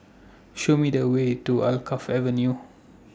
Show Me The Way to Alkaff Avenue